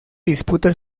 disputa